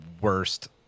worst